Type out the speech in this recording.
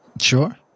Sure